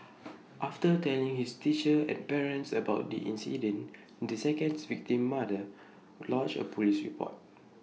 after telling his teacher and parents about the incident the second victim's mother lodged A Police report